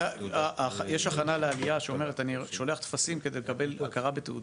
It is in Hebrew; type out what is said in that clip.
יש הכנה לעלייה שאומרת שאני שולח טפסים כדי לקבל הכרה בתעודות.